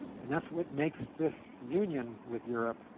and that's what makes this union with europe,